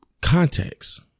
context